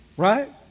Right